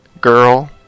girl